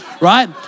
right